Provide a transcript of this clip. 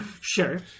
Sure